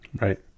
Right